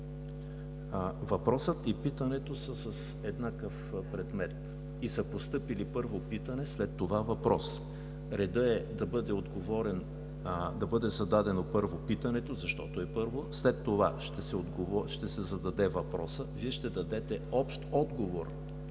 Въпросът и питането са с еднакъв предмет и са постъпили първо питане, след това въпрос. Редът е да бъде зададено първо питането, защото е първо, след това ще се зададе въпросът, Вие ще дадете общ отговор